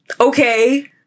Okay